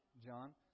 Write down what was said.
John